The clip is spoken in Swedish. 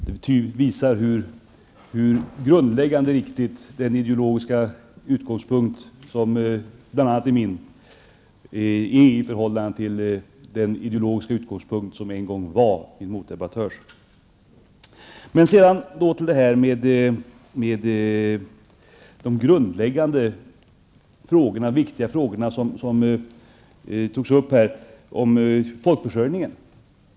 Det visar också hur grundläggande riktig den ideologiska utgångspunkten, som är bl.a. min, är i förhållande till den ideologiska utgångspunkt som en gång var min meddebattörs. Rolf L Nilson tog upp viktiga frågor om folkförsörjningen.